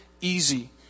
easy